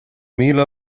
míle